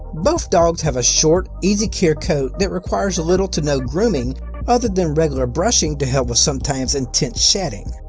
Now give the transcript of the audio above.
both dogs have a short, easy-care coat that requires little to no grooming other than regular brushing to help with sometimes intense shedding.